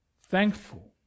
thankful